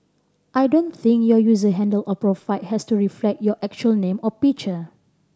I don't think your user handle or profile has to reflect your actual name or picture